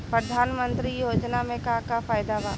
प्रधानमंत्री योजना मे का का फायदा बा?